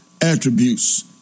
attributes